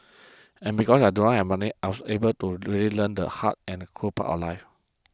and because I do not have money I was able to really learn the hard and cruel part of life